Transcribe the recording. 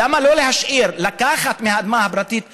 למה לא להשאיר, לקחת מהאדמה הפרטית פחות?